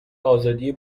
آزادی